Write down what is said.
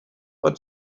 but